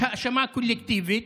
יש האשמה קולקטיבית,